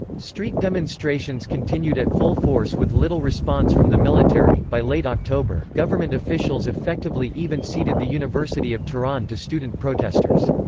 street demonstrations continued at full force with little response from the military by late october, government officials officials effectively even ceded the university of tehran to student protesters.